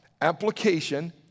application